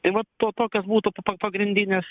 tai va to tokios būtų pa pagrindinės